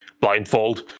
blindfold